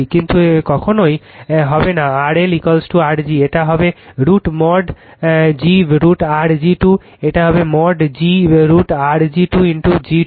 কিন্তু কখনোই হবে না RLR g এটা হবে √mod g √R g 2 এটা হবে mod g √R g 2 x g 2 RL